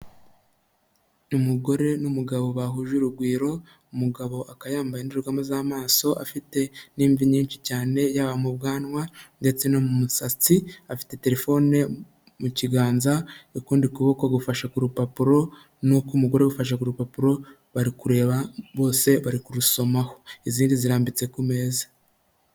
Umugore n'umugabo bahuje urugwiro, umugabo akaba yambaye indorerwamo z'amaso afite n'imvi nyinshi cyane yaba mu bwanwa ndetse no mu musatsi, afite telefone mu kiganza ukundi kuboko gufashe ku rupapuro n'uk'umugore gufashe ku rupapuro, bari kureba bose bari kurusomaho, izindi zirambitse ku meza.